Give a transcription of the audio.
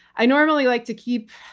i normally like to keep